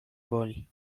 boli